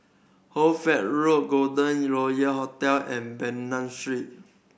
Hoy Fatt Road Golden Royal Hotel and Bernam Street